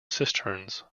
cisterns